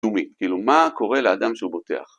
כאילו מה קורה לאדם שהוא בוטח